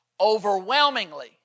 overwhelmingly